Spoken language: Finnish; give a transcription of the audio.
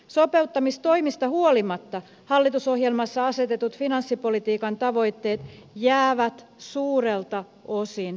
sopeuttamistoimista huolimatta hallitusohjelmassa asetetut finanssipolitiikan tavoitteet jäävät suurelta osin saavuttamatta